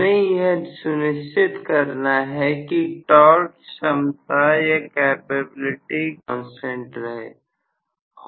हमें यह सुनिश्चित करना है कि टॉर्क क्षमता या कैपेबिलिटी कांस्टेंट रहे